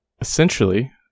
Essentially